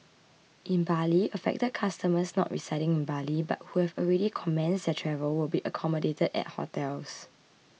in Bali affected customers not residing in Bali but who have already commenced their travel will be accommodated at hotels